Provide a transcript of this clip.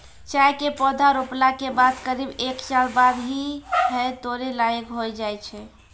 चाय के पौधा रोपला के बाद करीब एक साल बाद ही है तोड़ै लायक होय जाय छै